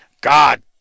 God